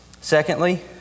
Secondly